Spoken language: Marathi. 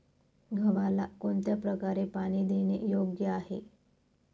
गव्हाला कोणत्या प्रकारे पाणी देणे योग्य आहे?